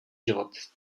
život